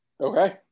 Okay